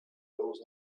rules